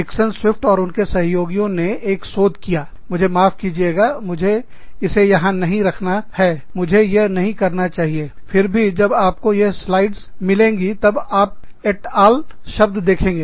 Dickson Swift और उनके सहयोगीयो ने एक शोध मुझे माफ कीजिए मुझे इसे यहां नहीं रखना है मुझे यह नहीं करना चाहिए फिर भी जब आपको यह पट्टीकास्लाइड मिलेगी आप etal शब्द देखेंगे